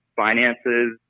finances